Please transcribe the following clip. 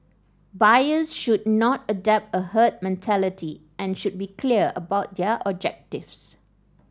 buyers should not adopt a herd mentality and should be clear about their objectives